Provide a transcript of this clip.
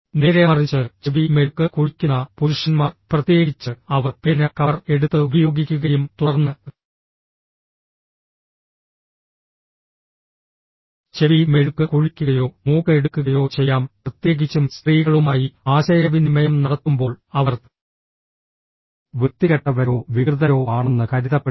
നേരെമറിച്ച് ചെവി മെഴുക് കുഴിക്കുന്ന പുരുഷന്മാർ പ്രത്യേകിച്ച് അവർ പേന കവർ എടുത്ത് ഉപയോഗിക്കുകയും തുടർന്ന് ചെവി മെഴുക് കുഴിക്കുകയോ മൂക്ക് എടുക്കുകയോ ചെയ്യാം പ്രത്യേകിച്ചും സ്ത്രീകളുമായി ആശയവിനിമയം നടത്തുമ്പോൾ അവർ വൃത്തികെട്ടവരോ വികൃതരോ ആണെന്ന് കരുതപ്പെടുന്നു